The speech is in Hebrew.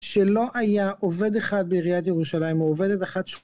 שלא היה עובד אחד בעיריית ירושלים, או עובדת אחת ש...